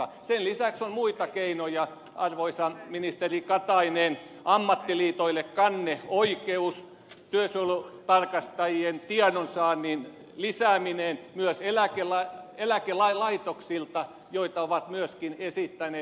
sen lisäksi on muita keinoja arvoisa ministeri katainen ammattiliitoille kanneoikeus työsuojelutarkastajien tiedonsaannin lisääminen myös eläkelaitoksilta joita ovat myöskin esittäneet